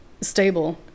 Stable